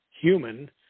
human